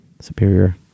Superior